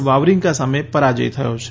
Wawrinka સામે પરાજય થયો છે